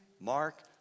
Mark